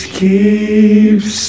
keeps